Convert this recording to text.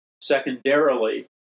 Secondarily